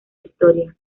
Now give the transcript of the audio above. historia